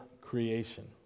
creation